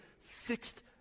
fixed